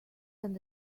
and